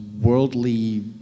worldly